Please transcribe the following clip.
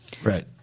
Right